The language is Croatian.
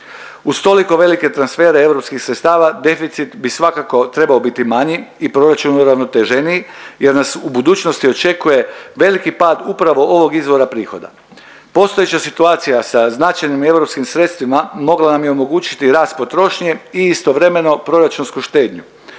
Uz toliko velike transfere EU sredstava deficit bi svakako trebao biti manji i proračun uravnoteženiji jer nas u budućnosti očekuje veliki pad upravo ovog izvora prihoda. Postojeća situacija sa značajnim EU sredstvima mogla nam je omogućiti rast potrošnje i istovremeno proračunsku štednju.